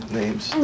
names